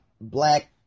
black